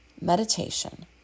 meditation